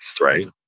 right